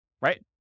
right